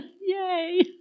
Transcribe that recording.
Yay